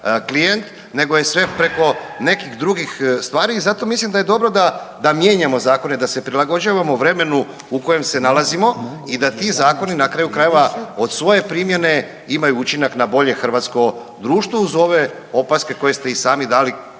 klijent, nego je sve preko nekih drugih stvari. I zato mislim da je dobro da mijenjamo zakone, da se prilagođavamo vremenu u kojem se nalazimo i da ti zakoni na kraju krajeva od svoje primjene imaju učinak na bolje hrvatskom društvu uz ove opaske koje ste i sami dali